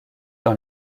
dans